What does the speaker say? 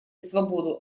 свободу